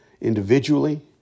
individually